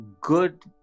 good